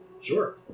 Sure